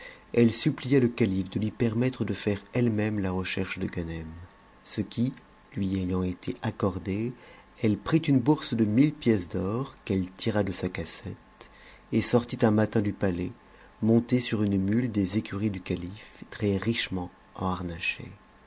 elle supplia le calife de lui permettre de faire elle-même la recherche de ganem ce qui lui ayant été accordé elle prit une bourse de mille pièces d'or qu'elle tira de sa cassette et sortit un matin du palais montée sur une mule des écuries du calife très richement enharnachée